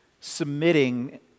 submitting